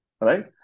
right